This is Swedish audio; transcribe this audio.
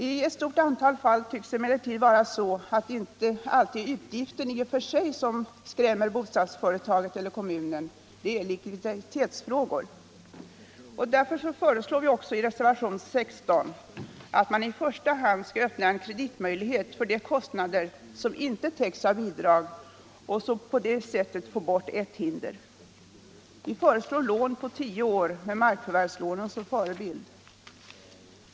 I ett stort antal fall tycks det emellertid vara så, att det inte är utgiften i sig som skrämmer bostadsföretaget eller kommunen -— det är likviditetsfrågorna. Därför föreslår vi också i reservationen 16 att man i första hand skall öppna en kreditmöjlighet för de kostnader som inte täcks av bidrag och på så vis få bort ett hinder. Vi föreslår lån på tio år med markförvärvslånen som förebild.